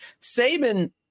Saban